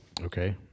Okay